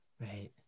Right